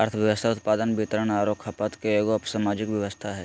अर्थव्यवस्था उत्पादन, वितरण औरो खपत के एगो सामाजिक व्यवस्था हइ